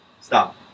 Stop